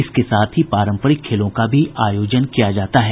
इसके साथ ही पारंपरिक खेलों का भी आयोजन किया जाता है